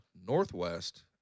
northwest